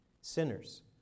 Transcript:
Sinners